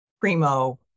primo